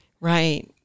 right